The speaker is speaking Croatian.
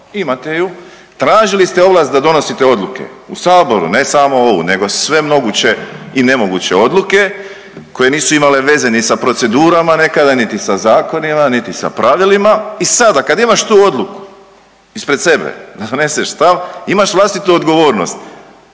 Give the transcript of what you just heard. imate ju. Tražili ste ovlast da donosite odluke u saboru ne samo ovu nego sve moguće i nemoguće odluke koje nisu imale veze ni sa procedurama nekada, niti sa zakonima, niti sa pravilima i sada kada imaš tu odluku ispred sebe da doneseš stav, imaš vlastitu odgovornost.